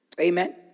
Amen